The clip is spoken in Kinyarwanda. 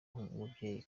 umubyeyi